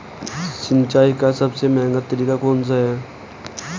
सिंचाई का सबसे महंगा तरीका कौन सा है?